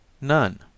None